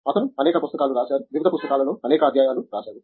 అతను అనేక పుస్తకాలు రాశారు వివిధ పుస్తకాలు లో అనేక అధ్యాయాలు రాశాడు